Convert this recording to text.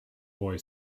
boy